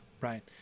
right